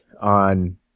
on